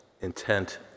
intent